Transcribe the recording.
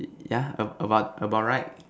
yeah about about about right